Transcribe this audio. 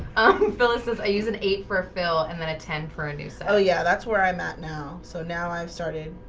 um phyllis's i use an eight for a fill and then a ten for a noose oh, yeah, that's where i'm at now. so now i've started,